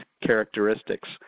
characteristics